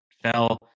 Fell